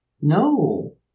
No